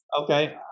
Okay